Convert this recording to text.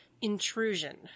intrusion